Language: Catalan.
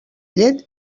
llet